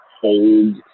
hold